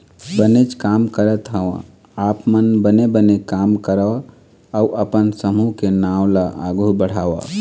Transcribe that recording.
बनेच काम करत हँव आप मन बने बने काम करव अउ अपन समूह के नांव ल आघु बढ़ाव